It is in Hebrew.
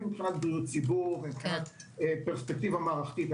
מבחינת בריאות הציבור ופרספקטיבה מערכתית.